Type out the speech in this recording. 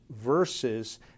versus